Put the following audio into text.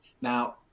Now